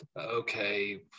okay